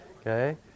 okay